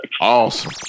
Awesome